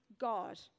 God